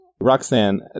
Roxanne